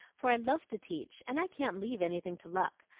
for i love to teach, and i can't leave anything to luck.